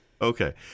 Okay